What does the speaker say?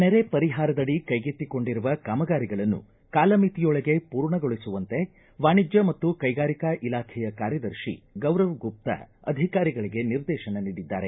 ನೆರೆ ಪರಿಹಾರದಡಿ ಕೈಗೆತ್ತಿಕೊಂಡಿರುವ ಕಾಮಗಾರಿಗಳನ್ನು ಕಾಲಮಿತಿಯೊಳಗೆ ಪೂರ್ಣಗೊಳಿಸುವಂತೆ ವಾಣಿಜ್ದ ಮತ್ತು ಕೈಗಾರಿಕಾ ಇಲಾಖೆಯ ಕಾರ್ಯದರ್ಶಿ ಗೌರವ್ ಗುಪ್ತಾ ಅಧಿಕಾರಿಗಳಿಗೆ ನಿರ್ದೇಶನ ನೀಡಿದ್ದಾರೆ